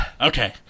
Okay